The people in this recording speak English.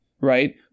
Right